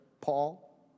Paul